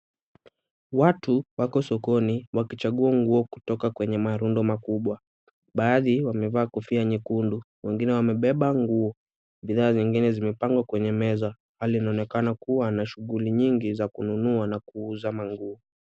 Watu wako sokoni, wakichagua nguo kutoka kwenye marundo makubwa, baadhi wamevaa kofia nyekundu, wengine wamebeba nguo, bidhaa zingine zimepangwa kwenye meza, hali inaonekana kuwa anashughuli nyingi za kununua na kuuza nguo.